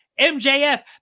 MJF